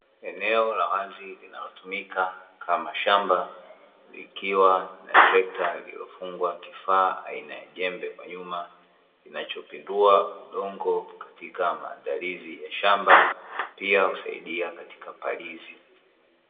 Eneo la wazi linalotumika kama shamba likiwa na trekta aliwafungwa kifaa aina ya jembe kwa nyuma inachopindua udongo katika maandalizi ya shamba pia kusaidia katika palizi.